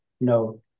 No